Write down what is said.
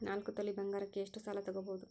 ನಾಲ್ಕು ತೊಲಿ ಬಂಗಾರಕ್ಕೆ ಎಷ್ಟು ಸಾಲ ತಗಬೋದು?